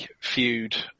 feud